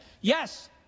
Yes